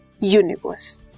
Universe